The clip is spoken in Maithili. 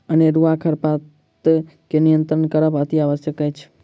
अनेरूआ खरपात के नियंत्रण करब अतिआवश्यक अछि